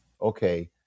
Okay